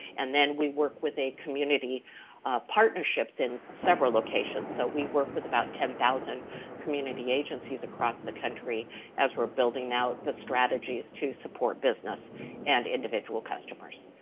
and then we work with a community partnerships in several locations, so we work with about ten thousand community agencies across the country as we're building out the strategies to support business business and individual customers.